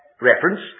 reference